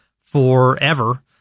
forever